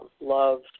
love